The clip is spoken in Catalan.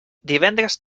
divendres